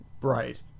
Right